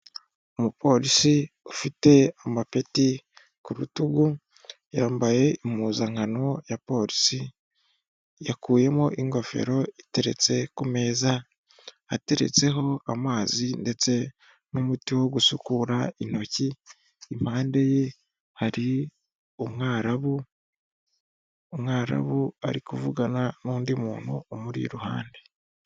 Umupolisi ufite amapeti ku rutugu, yambaye impuzankano ya polisi; yakuyemo ingofero, iteretse ku meza, ateretseho amazi ndetse n'umuti wo gusukura intoki. Impande ye hari umwarabu, umwarabu ari kuvugana n'undi muntu umuri iruhande.